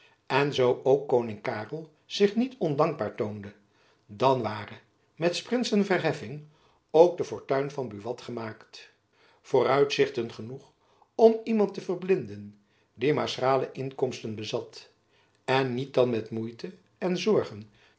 en zoo ook koning karel zich niet ondankbaar toonde dan ware met s prinsen verheffing ook de fortuin van buat gemaakt vooruitzichten genoeg om iemand te verblinden die maar schrale inkomsten bezat en niet dan met moeite en zorgen